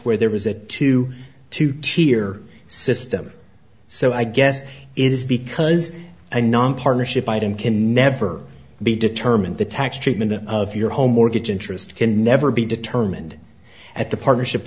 tour there was it to two tier system so i guess it is because i non partnership item can never be determined the tax treatment of your home mortgage interest can never be determined at the partnership